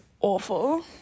awful